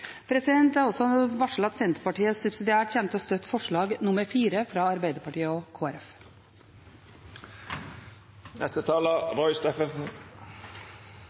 tidligere. Jeg vil også varsle at Senterpartiet subsidiært kommer til å støtte forslag nr. 4, fra Arbeiderpartiet og